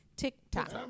TikTok